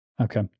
Okay